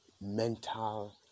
mental